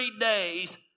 days